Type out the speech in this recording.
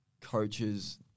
coaches